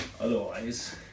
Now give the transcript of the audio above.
otherwise